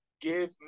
give